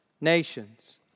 nations